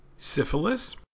Syphilis